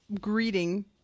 greeting